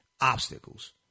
Obstacles